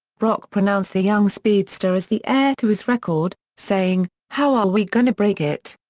brock pronounced the young speedster as the heir to his record, saying, how are we gonna break it?